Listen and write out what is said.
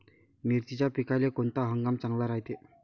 मिर्चीच्या पिकाले कोनता हंगाम चांगला रायते?